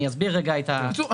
בקיצור,